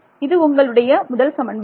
இது உங்களுடைய முதல் சமன்பாடு